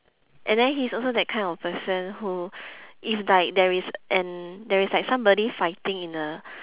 and then he's also that kind of person who if like there is an there is like somebody fighting in a